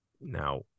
Now